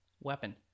Weapon